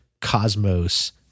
cosmos